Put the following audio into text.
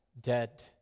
dead